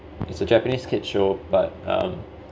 it's a japanese kids' show but um